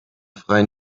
freien